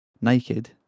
naked